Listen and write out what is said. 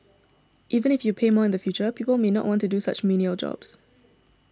even if you pay more in the future people may not want to do such menial jobs